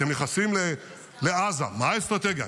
אתם נכנסים לעזה, מה האסטרטגיה?